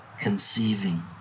conceiving